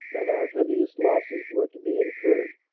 that our heaviest losses were to be incurred.